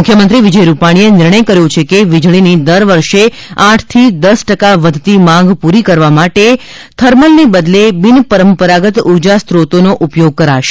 મુખ્યમંત્રી વિજય રૂપાલીએ નિર્ણય કર્યો છે કે વીજળીની દર વર્ષે આઠથી દશ ટકા વધતી માંગ પૂરી કરવા માટે થર્મલને બદલે બીન પરંપરાગત ઊર્જા સ્રોતનો ઉપયોગ કરાશે